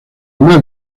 más